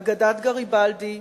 אגדת גריבלדי,